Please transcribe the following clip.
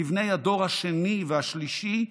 כבני הדור השני והשלישי,